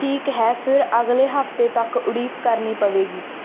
ਠੀਕ ਹੈ ਫਿਰ ਅਗਲੇ ਹਫ਼ਤੇ ਤੱਕ ਉਡੀਕ ਕਰਨੀ ਪਵੇਗੀ